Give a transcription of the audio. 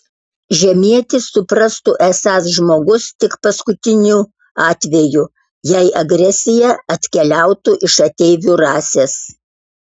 žemietis suprastų esąs žmogus tik paskutiniu atveju jei agresija atkeliautų iš ateivių rasės